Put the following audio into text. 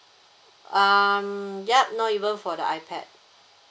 um yup not even for the ipad